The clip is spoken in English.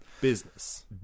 Business